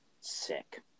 Sick